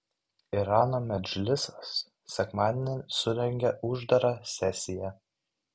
irano medžlisas sekmadienį surengė uždarą sesiją